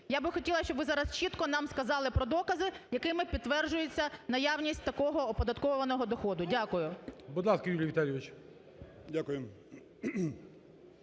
я б хотіла, щоб ви зараз чітко нам сказали про докази, якими підтверджується наявність такого оподаткованого доходу? Дякую. ГОЛОВУЮЧИЙ. Будь ласка, Юрій Віталійович.